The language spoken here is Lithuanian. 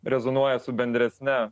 rezonuoja su bendresne